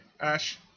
Ash